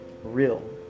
real